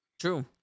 True